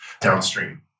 downstream